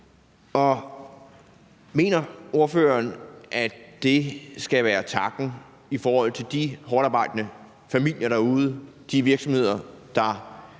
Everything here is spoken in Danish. Mener ordføreren, at det skal være takken i forhold til de hårdtarbejdende familier derude, de virksomheder, der